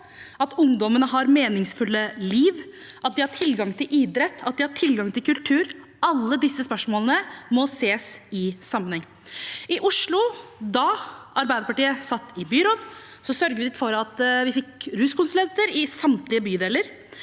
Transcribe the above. at ungdommene har et meningsfullt liv, og at de har tilgang til idrett og kultur. Alle disse spørsmålene må ses i sammenheng. I Oslo, da Arbeiderpartiet satt i byråd, sørget vi for at vi fikk ruskonsulenter i samtlige bydeler.